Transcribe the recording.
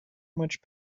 much